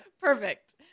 Perfect